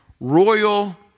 royal